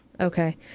Okay